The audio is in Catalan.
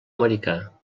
americà